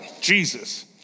Jesus